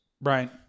Right